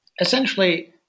essentially